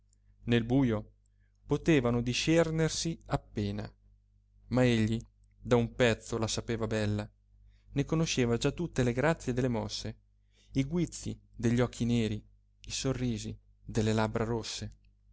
nel bujo potevano discernersi appena ma egli da un pezzo la sapeva bella ne conosceva già tutte le grazie delle mosse i guizzi degli occhi neri i sorrisi delle labbra rosse